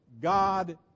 God